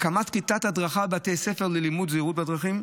הקמת כיתת הדרכה בבתי ספר ללימוד זהירות בדרכים,